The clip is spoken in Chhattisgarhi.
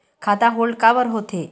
खाता होल्ड काबर होथे?